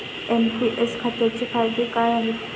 NPS खात्याचे फायदे काय आहेत?